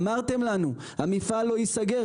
אמרתם לנו שהמפעל לא ייסגר,